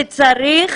שצריך